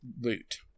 loot